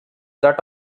that